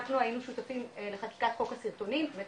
אנחנו היינו שותפים לחקיקת חוק הסרטונים זאת אומרת